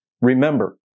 remember